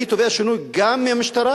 אני תובע שינוי גם מהמשטרה,